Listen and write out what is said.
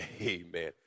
Amen